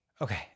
Okay